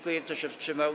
Kto się wstrzymał?